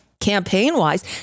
Campaign-wise